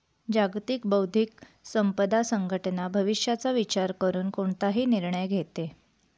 जागतिक बौद्धिक संपदा संघटना भविष्याचा विचार करून कोणताही निर्णय घेते